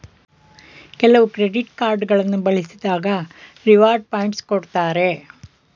ಕೆಲವು credit card ಗಳನ್ನು ಬಳಸಿದಾಗ ರಿವಾರ್ಡ್ ಪಾಯಿಂಟ್ಸ್ ಕೊಡ್ತಾರೆ